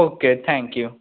okay thank you